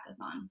hackathon